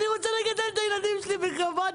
אני רוצה לגדל את הילדים שלי בכבוד,